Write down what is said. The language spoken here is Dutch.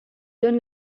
dun